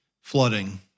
flooding